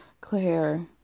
Claire